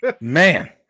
man